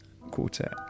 Quartet